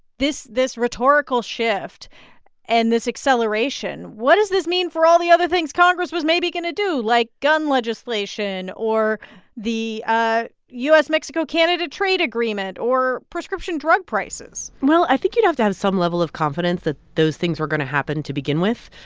this this rhetorical shift and this acceleration what does this mean for all the other things congress was maybe going to do, like gun legislation or the ah u s mexico-canada trade agreement or prescription drug prices? well, i think you'd have to have some level of confidence that those things were going to happen to begin with.